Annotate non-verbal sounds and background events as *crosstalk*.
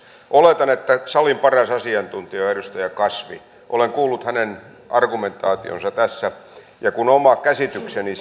oletan että nettiäänestysasiassa salin paras asiantuntija on edustaja kasvi olen kuullut hänen argumentaationsa tässä ja kun oma käsitykseni *unintelligible*